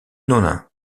nonains